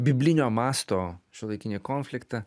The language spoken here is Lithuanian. biblinio masto šiuolaikinį konfliktą